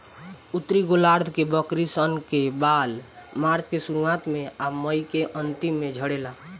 उत्तरी गोलार्ध के बकरी सन के बाल मार्च के शुरुआत में आ मई के अन्तिम में झड़ेला